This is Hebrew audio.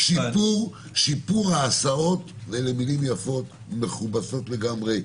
שיפור ההסעות אלה מילים יפות, מכובסות לגמרי.